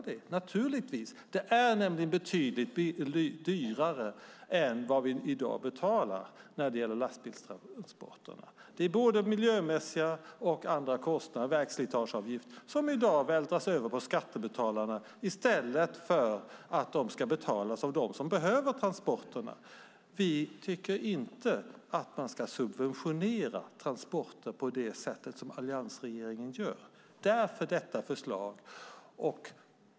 Lastbilstransporterna är betydligt dyrare än vad vi i dag betalar. Miljökostnader och vägslitageavgift vältras i dag över på skattebetalarna i stället för att kostnaderna betalas av dem som behöver transporterna. Vi tycker inte att man ska subventionera transporter på det sätt som alliansregeringen gör. Därför finns detta förslag.